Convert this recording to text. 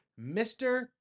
Mr